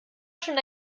schon